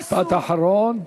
משפט אחרון.